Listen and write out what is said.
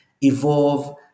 evolve